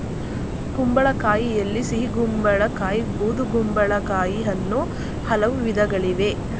ಕುಂಬಳಕಾಯಿಯಲ್ಲಿ ಸಿಹಿಗುಂಬಳ ಕಾಯಿ ಬೂದುಗುಂಬಳಕಾಯಿ ಅನ್ನೂ ಹಲವು ವಿಧಗಳಿವೆ